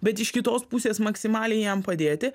bet iš kitos pusės maksimaliai jam padėti